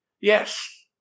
Yes